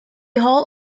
hall